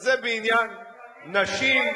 אז זה בעניין נשים.